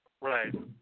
Right